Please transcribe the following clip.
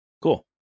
Cool